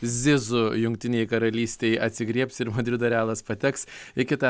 zizu jungtinei karalystei atsigriebs ir madrido realas pateks į kitą